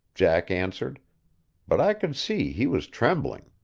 jack answered but i could see he was trembling.